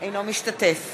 אינו משתתף